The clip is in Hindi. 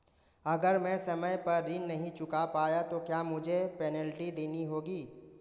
अगर मैं समय पर ऋण नहीं चुका पाया तो क्या मुझे पेनल्टी देनी होगी?